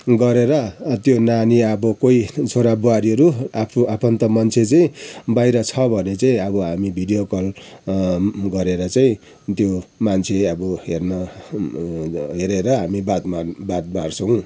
गरेर त्यो नानी अब कोही छोरा बुहारीहरू आफ्नो आफन्त मान्छे चाहिँ बाहिर छ भने चाहिँ अब हामी भिडियो कल गरेर चाहिँ त्यो मान्छे अब हेर्न हेरेर हामी बात मार बात मार्छौँ